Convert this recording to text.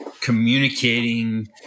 communicating